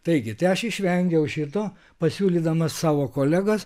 taigi aš išvengiau šito pasiūlydamas savo kolegas